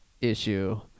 issue